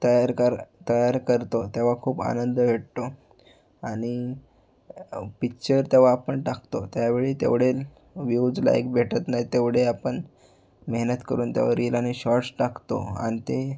तयार कर तयार करतो तेव्हा खूप आनंद भेटतो आणि पिच्चर तेव्हा आपण टाकतो त्यावेळी तेवढे व्ह्यूज लाईक भेटत नाही तेवढे आपण मेहनत करून त्यावर रील आणि शॉर्ट्स टाकतो आणि ते